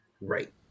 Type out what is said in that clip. right